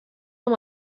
amb